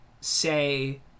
say